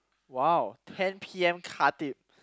!wow! ten P_M Khatib